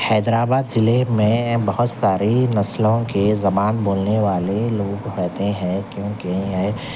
حیدر آباد ضلع میں بہت ساری نسلوں کے زبان بولنے والے لوگ رہتے ہیں کیونکہ یہ